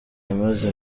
yamaze